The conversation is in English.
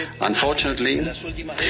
Unfortunately